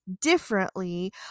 differently